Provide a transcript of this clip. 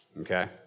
Okay